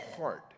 heart